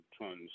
tons